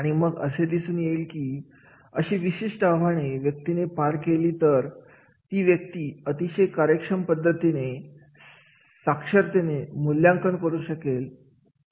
आणि मग असे दिसून येईल की अशी विशिष्ट आव्हाने व्यक्तीने पार केली तर ती व्यक्ती अतिशय कार्यक्षम पद्धतीने साक्षरतेचे मूल्यांकन करू शकेल